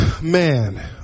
Man